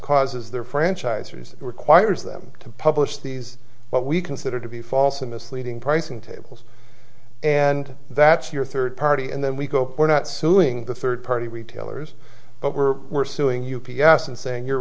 causes their franchisees requires them to publish these what we consider to be false and misleading pricing tables and that's your third party and then we go we're not suing the third party retailers but we're we're suing u p s and saying you're